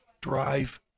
drive